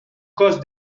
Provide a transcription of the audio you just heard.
cos